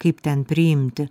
kaip ten priimti